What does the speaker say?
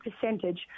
percentage